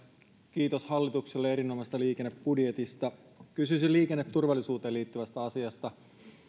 kiitos hallitukselle erinomaisesta liikennebudjetista kysyisin liikenneturvallisuuteen liittyvästä asiasta